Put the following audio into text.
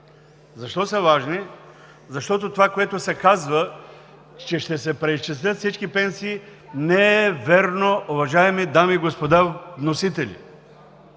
Защо са важни? Защото това, което се казва – че ще се преизчислят всички пенсии, не е вярно, уважаеми дами и господа вносители.